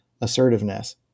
assertiveness